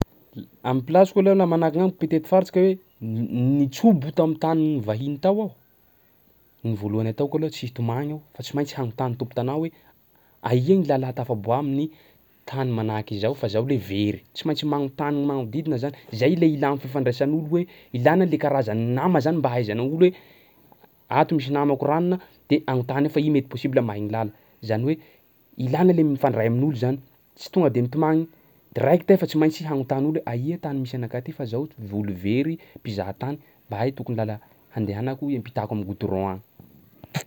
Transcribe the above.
Am'plasiko aloha laha manahaka gn'amiko mpitety faritsy ka hoe n- nitsobo tam'tany vahiny tao aho, ny voalohany ataoko aloha tsy hitomagny aho fa tsy maintsy hagnonta tompom-tanà hoe aia gny làla atafaboa amin'ny tany manahak'izao fa zaho lahy very? Tsy maintsy magnontany ny magnodidina zany zay lay ilà ny fifandraisan'olo hoe ilana le karazany nama zany ahaizana olo hoe ato misy namako r'anona de agnontany aho fa i mety possibla mahay ny làla, zany hoe ilana le mifandray amin'olo zany. Tsy tonga de mitomagny direct fa tsy maintsy hagnontany olo hoe aia tany misy anakah ty fa zao v- olo very mpizahan-tany mba aia tokony làla handehanako iampitako am'goudron agny?